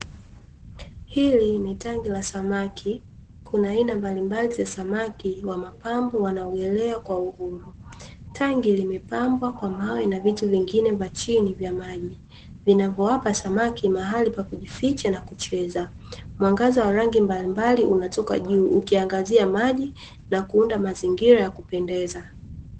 Hili ni tangi la samaki, kuna aina mbalimbali za samaki wa mapambo wanaogelea kwa uhuru. Tangi limepambwa kwa mawe na vitu vingine vya chini vya maji, vinavyowapa samaki mahali pa kujificha na kucheza. Mwangaza wa rangi mbalimbali unatoka juu, ukiangazia maji na kuunda mazingira ya kupendeza.